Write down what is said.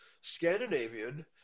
Scandinavian